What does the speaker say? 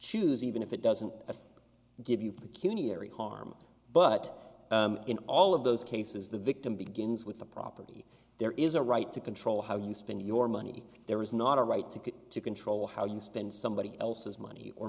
choose even if it doesn't give you the cuny every harm but in all of those cases the victim begins with the property there is a right to control how you spend your money there is not a right to control how you spend somebody else's money or